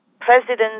President